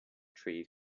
tree